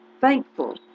thankful